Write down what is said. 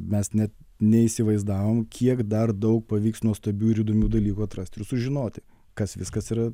mes net neįsivaizdavom kiek dar daug pavyks nuostabių ir įdomių dalykų atrasti ir sužinoti kas viskas yra